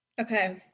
Okay